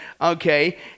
okay